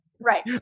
Right